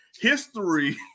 History